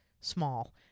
small